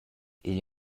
igl